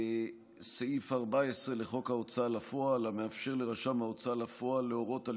סעיף 14 לחוק ההוצאה לפועל מאפשר לרשם ההוצאה לפועל להורות על